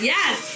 Yes